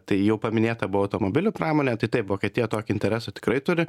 tai jau paminėta buvo automobilių pramonė tai taip vokietija tokį interesą tikrai turi